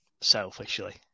selfishly